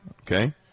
okay